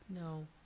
No